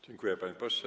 Dziękuję, panie pośle.